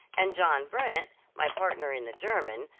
and john brent, my partner in the german,